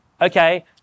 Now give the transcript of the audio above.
okay